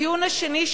הטיעון השני,